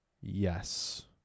Yes